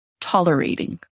tolerating